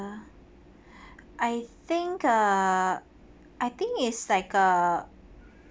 I think uh I think it's like uh